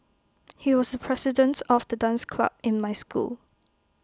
he was the president of the dance club in my school